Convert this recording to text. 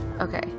Okay